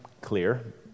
clear